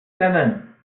seven